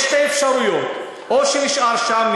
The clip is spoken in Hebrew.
יש שתי אפשרויות: או שהוא נשאר שם,